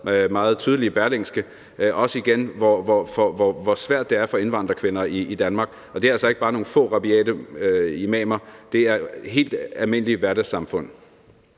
meget tydeligt i Berlingske, og som igen også fortæller, hvor svært det er for indvandrerkvinder i Danmark, og det er altså ikke bare nogle få rabiate imamer, men det er helt almindelige hverdagssamfund.